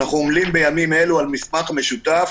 אנחנו עומלים בימים אלו על מסמך משותף,